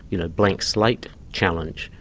you know, blank slate challenge,